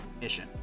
mission